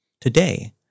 Today